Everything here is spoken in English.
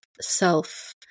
self